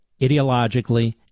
ideologically